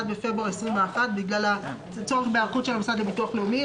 בפברואר 2021 לצורך היערכות של המוסד לביטוח לאומי.